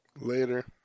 Later